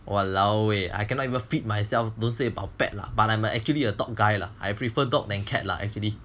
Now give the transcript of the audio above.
!walao! eh I cannot even feed myself don't say about pet lah but I'm actually a dog guy lah I prefer dog than cat lah actually